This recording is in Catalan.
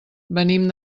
venim